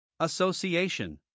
Association